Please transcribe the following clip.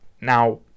Now